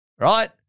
Right